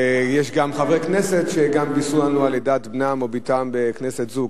ויש גם חברי כנסת שבישרו לנו על לידת בנם או בתם בכנסת זו.